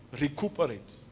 recuperate